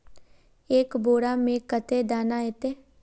एक बोड़ा में कते दाना ऐते?